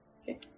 Okay